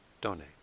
donate